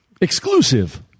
Exclusive